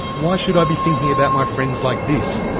why should i be thinking about my friends like this?